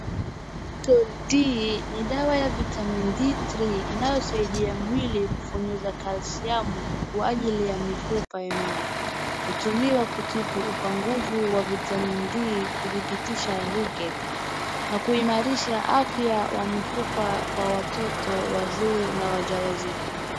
Hii ni dawa ya vitamini d-3 inayosaidia mwili kufonyeza calcium kwa ajili ya mifupa imara. Hutumiwa kutibu upungufu wa vitamin D kuthibitisha Rickets na kuhimarisha afya ya mifupa kwa watoto, wazee na wajawazito.